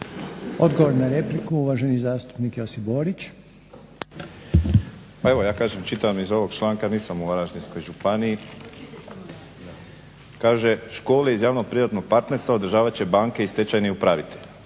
Odgovor na repliku uvaženi zastupnik Josip Borić. **Borić, Josip (HDZ)** Pa evo ja kažem čitam iz ovog članka, ja nisam u Varaždinskoj županiji. Kaže "Škole iz javno privatnog partnerstva održavat će banke i stečajni upravitelj.